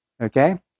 Okay